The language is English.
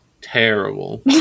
Terrible